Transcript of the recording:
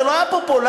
זה לא היה פופולרי.